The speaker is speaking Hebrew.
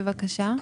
בבקשה.